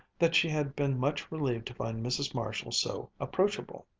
that she had been much relieved to find mrs. marshall so approachable.